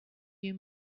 you